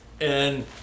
and-